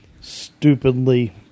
stupidly